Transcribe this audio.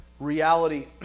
Reality